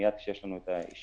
מייד כשיש לנו את האישור,